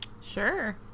Sure